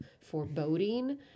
foreboding